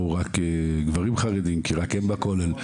הוא רק גברים חרדים כי רק הם בכולל,